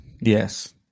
Yes